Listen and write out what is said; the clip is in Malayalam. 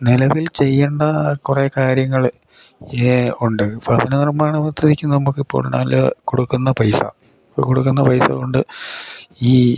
നിലവിൽ ചെയ്യേണ്ട കുറേ കാര്യങ്ങൾ ഉണ്ട് ഭവന നിർമ്മാണ പദ്ധതിക്ക് നമ്മൾക്ക് ഇപ്പോൾ എന്നാൽ കൊടുക്കുന്ന പൈസ കൊടുക്കുന്ന പൈസ കൊണ്ട് ഈ